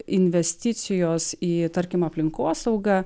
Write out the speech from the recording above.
investicijos į tarkim aplinkosaugą